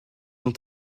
ont